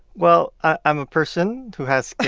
well, i'm a person who has